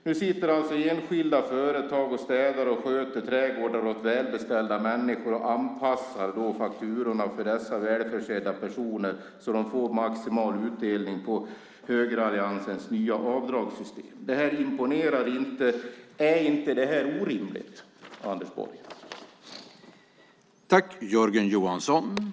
Nu sitter alltså enskilda företag och städar och sköter trädgårdar åt välbeställda människor och anpassar fakturorna för dessa välförsedda personer, så att de får maximal utdelning på högeralliansens nya avdragssystem. Det här imponerar inte. Är inte detta orimligt, Anders Borg?